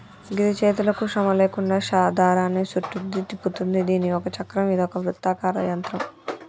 గిది చేతులకు శ్రమ లేకుండా దారాన్ని సుట్టుద్ది, తిప్పుతుంది దీని ఒక చక్రం ఇదొక వృత్తాకార యంత్రం